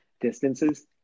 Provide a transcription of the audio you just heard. distances